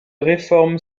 réforme